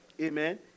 Amen